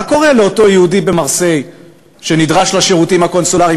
מה קורה לאותו יהודי במרסיי שנדרש לשירותים הקונסולריים